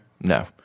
no